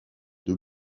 deux